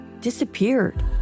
disappeared